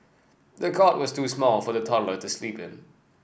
the cot was too small for the toddler to sleep in